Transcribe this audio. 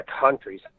countries